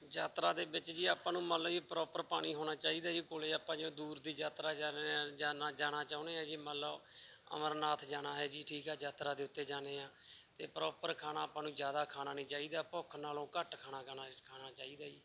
ਯਾਤਰਾ ਦੇ ਵਿੱਚ ਜੀ ਆਪਾਂ ਨੂੰ ਮੰਨ ਲਓ ਜੀ ਪ੍ਰੋਪਰ ਪਾਣੀ ਹੋਣਾ ਚਾਹੀਦਾ ਜੀ ਕੋਲ ਆਪਾਂ ਜਿਵੇਂ ਦੂਰ ਦੀ ਯਾਤਰਾ ਜਾ ਰਹੇ ਹਾਂ ਜਾਣਾ ਜਾਣਾ ਚਾਹੁੰਦੇ ਹਾਂ ਜੀ ਮੰਨ ਲਓ ਅਮਰਨਾਥ ਜਾਣਾ ਹੈ ਜੀ ਠੀਕ ਹੈ ਯਾਤਰਾ ਦੇ ਉੱਤੇ ਜਾਂਦੇ ਹਾਂ ਅਤੇ ਪ੍ਰੋਪਰ ਖਾਣਾ ਆਪਾਂ ਨੂੰ ਜ਼ਿਆਦਾ ਖਾਣਾ ਨਹੀਂ ਚਾਹੀਦਾ ਭੁੱਖ ਨਾਲੋਂ ਘੱਟ ਖਾਣਾ ਖਾਣਾ ਖਾਣਾ ਚਾਹੀਦਾ ਜੀ